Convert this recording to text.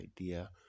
idea